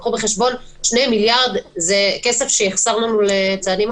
תקחו בחשבון ש-2 המיליארד האלה הם כסף שיחסרו לנו לצעדים אחרים.